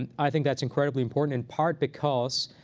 and i think that's incredibly important in part because